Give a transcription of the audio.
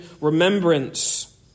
remembrance